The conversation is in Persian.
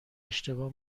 اشتباه